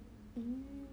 mmhmm